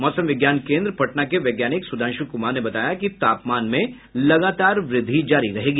मौसम विज्ञान केन्द्र पटना के वैज्ञानिक सुधांशु कुमार ने बताया कि तापमान में लगातार वृद्धि जारी रहेगी